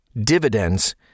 dividends